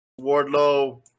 Wardlow